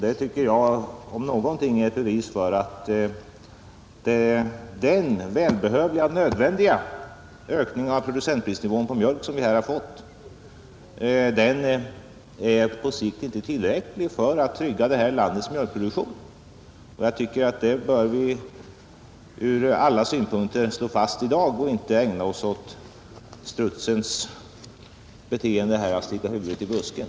Detta om någonting är ett bevis för att den välbehövliga och nödvändiga ökningen av producentpriset på mjölk som vi fått på sikt icke är tillräcklig för att trygga landets mjölkproduktion. Vi bör från alla synpunkter fastslå detta i dag och inte ägna oss åt strutsens beteende att sticka huvudet i sanden,